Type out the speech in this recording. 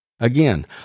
Again